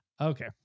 Okay